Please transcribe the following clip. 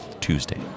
Tuesday